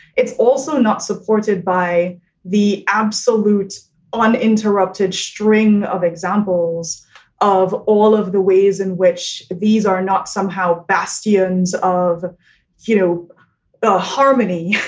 it's also not supported by the absolute uninterrupted string of examples of all of the ways in which these are not somehow bastions of you know ah harmony.